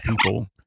people